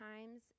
times